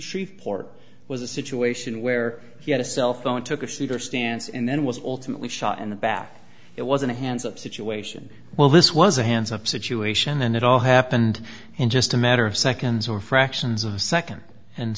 shreveport was a situation where he had a cell phone took a shooter stance and then was ultimately shot in the back it wasn't a hands up situation well this was a hands up situation and it all happened in just a matter of seconds or fractions of a second and